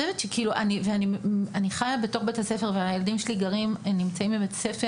אני חיה בתוך בית הספר והילדים שלי נמצאים בבית ספר,